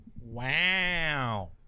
Wow